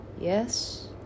Yes